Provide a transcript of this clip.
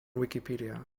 wikipedia